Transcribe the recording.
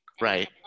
right